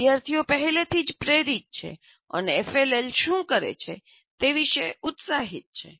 વિદ્યાર્થીઓ પહેલેથી જ પ્રેરિત છે અને એફએલએલ શું કરે છે તે વિશે ઉત્સાહિત છે